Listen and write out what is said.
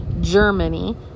Germany